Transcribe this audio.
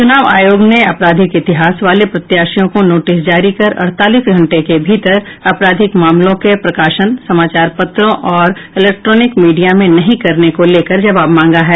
चुनाव आयोग ने आपराधिक इतिहास वाले प्रत्याशियों को नोटिस जारी कर अड़तालीस घंटे के भीतर आपराधिक मामलों के प्रकाशन समाचार पत्रों और इलेक्ट्रोनिक मीडिया में नहीं करने को लेकर जवाब मांगा है